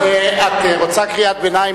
את רוצה קריאת ביניים,